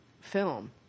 film